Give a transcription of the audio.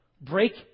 break